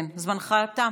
זמנך תם.